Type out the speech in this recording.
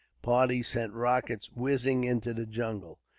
parties sent rockets whizzing into the jungle.